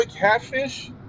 catfish